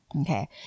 Okay